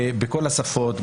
בכל השפות,